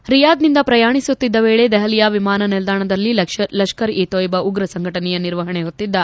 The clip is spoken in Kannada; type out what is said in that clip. ರಿಯಾದ್ನಿಂದ ಪ್ರಯಾಣಿಸುತ್ತಿದ್ದ ವೇಳೆ ದೆಹಲಿಯ ವಿಮಾನ ನಿಲ್ಲಾಣದಲ್ಲಿ ಲಷ್ತರ್ ಇ ತೋಯಿಬಾ ಉಗ್ರ ಸಂಘಟನೆಯ ನಿರ್ವಹಣೆ ಹೊತ್ತಿದ್ದ